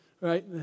right